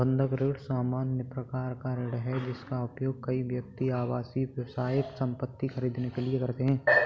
बंधक ऋण सामान्य प्रकार का ऋण है, जिसका उपयोग कई व्यक्ति आवासीय, व्यावसायिक संपत्ति खरीदने के लिए करते हैं